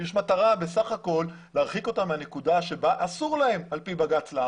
יש לי מטרה בסך הכול להרחיק אותם מהנקודה בה אסור להם לעמוד על פי בג"ץ.